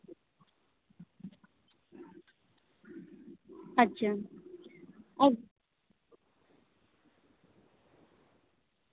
ᱟᱪᱪᱷᱟ ᱟᱪᱪᱷᱟ